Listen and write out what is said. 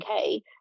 okay